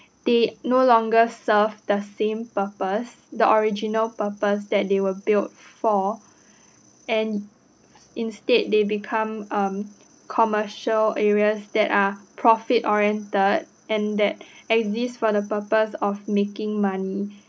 they no longer serve the same purpose the original purpose that they were built for and instead they become um commercial areas that are profit oriented and that exist for the purpose of making money